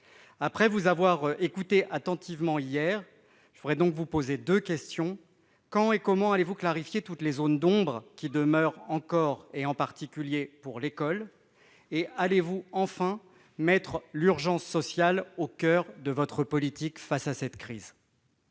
Après vous avoir écouté attentivement hier, je veux vous poser deux questions. Quand et comment allez-vous clarifier toutes les zones d'ombre qui persistent encore, en particulier pour l'école ? Allez-vous enfin mettre l'urgence sociale au coeur de votre politique face à cette crise ?